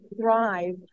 thrive